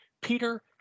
Peter